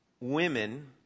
women